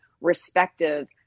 respective